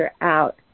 out